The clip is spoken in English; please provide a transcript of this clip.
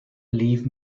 believe